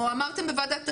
או אמרתם בוועדת הכספים,